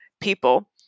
people